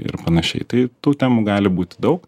ir panašiai tai tų temų gali būti daug